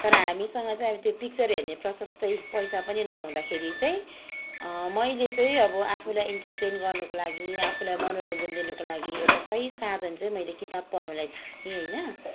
तर हामीसँग चाहिँ अब त्यो पिक्चर हेर्ने प्रशस्तै पैसा पनि नहुँदाखेरि चाहिँ मैले चाहिँ अब आफूलाई इन्टरटेन गर्नुको लागि या आफूलाई मनोरञ्जन दिनुको लागि एउटा सही साधन चाहिँ मैले किताब पढ्नुलाई छानेँ होइन